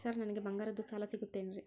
Sir ನನಗೆ ಬಂಗಾರದ್ದು ಸಾಲ ಸಿಗುತ್ತೇನ್ರೇ?